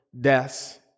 deaths